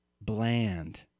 bland